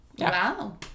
Wow